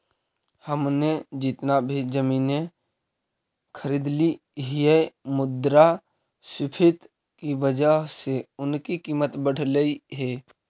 हमने जितना भी जमीनें खरीदली हियै मुद्रास्फीति की वजह से उनकी कीमत बढ़लई हे